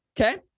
okay